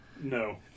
No